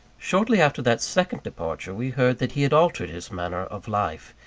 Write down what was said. shortly after that second departure, we heard that he had altered his manner of life.